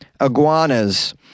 iguanas